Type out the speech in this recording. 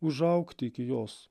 užaugti iki jos